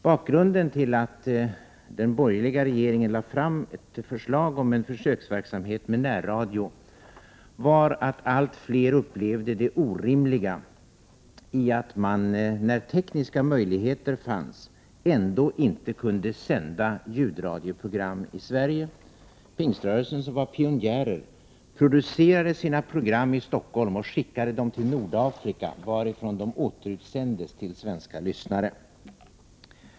Bakgrunden till att den borgerliga regeringen lade fram ett förslag om försöksverksamhet med närradio var att allt fler upplevde det orimliga i att de, trots att tekniska möjligheter fanns, inte kunde sända ljudradio inom Sverige. Pingströrelsen, som var pionjärer, producerade sina program i Stockholm och skickade dem till Nordafrika, varifrån de återutsändes till svenska lyssnare.